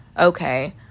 okay